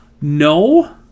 No